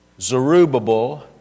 Zerubbabel